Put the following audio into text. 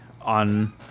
on